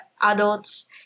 adults